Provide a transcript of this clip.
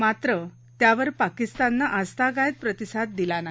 मात्र त्याव पाकिस्ताननं आजतागायत प्रतिसाद दिला नाही